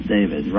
David